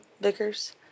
Vickers